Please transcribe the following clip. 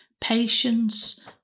Patience